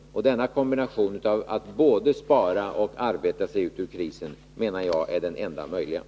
Denna kombination av att både spara och att arbeta sig ur krisen menar jag är den enda möjligheten.